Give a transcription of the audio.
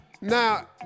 Now